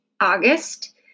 August